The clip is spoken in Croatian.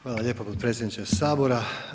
Hvala lijepo potpredsjedniče Sabora.